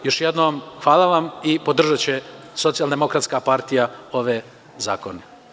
Još jednom hvala vam i podržaće Socijaldemokratska partija ove zakone.